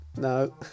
No